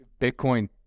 Bitcoin